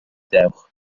dewch